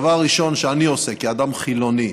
הדבר הראשון שאני עושה כאדם חילוני